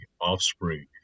offspring